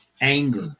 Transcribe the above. anger